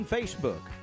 Facebook